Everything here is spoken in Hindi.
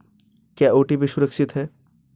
क्या ओ.टी.पी सुरक्षित है?